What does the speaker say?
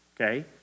okay